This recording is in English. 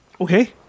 Okay